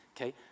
okay